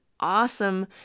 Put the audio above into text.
Awesome